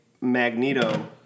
Magneto